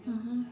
mmhmm